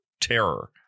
terror